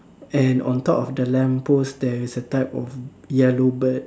and on top of the lamp post there is a type of yellow bird